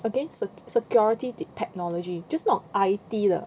against se~ security te~ technology 就是么 I_T 的